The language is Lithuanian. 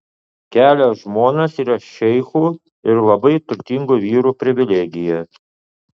kelios žmonos yra šeichų ir labai turtingų vyrų privilegija